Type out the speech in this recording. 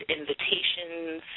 invitations